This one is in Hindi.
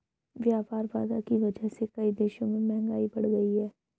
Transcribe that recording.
व्यापार बाधा की वजह से कई देशों में महंगाई बढ़ गयी है